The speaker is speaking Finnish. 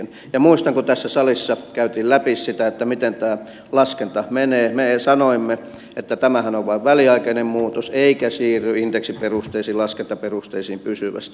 ja muistan että kun tässä salissa käytiin läpi sitä miten tämä laskenta menee niin me sanoimme että tämähän on vain väliaikainen muutos eikä siirry indeksiperusteisiin laskentaperusteisiin pysyvästi